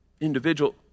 individual